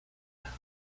are